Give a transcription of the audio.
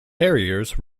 harriers